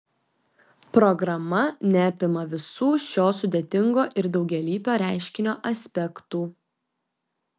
programa neapima visų šio sudėtingo ir daugialypio reiškinio aspektų